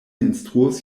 instruos